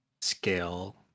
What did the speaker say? scale